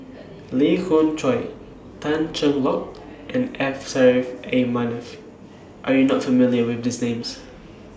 Lee Khoon Choy Tan Cheng Lock and M Saffri A Manaf Are YOU not familiar with These Names